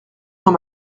dans